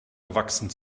erwachsen